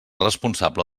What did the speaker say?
responsable